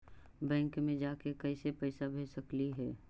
Bank मे जाके कैसे पैसा भेज सकली हे?